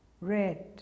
red